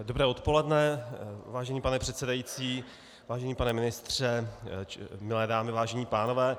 Dobré odpoledne, vážený pane předsedající, vážený pane ministře, milé dámy, vážení pánové.